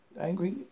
angry